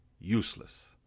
useless